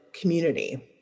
community